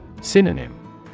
Synonym